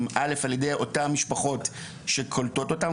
על ידי אותן משפחות שקולטות אותם.